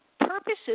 Purposes